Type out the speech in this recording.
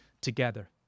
together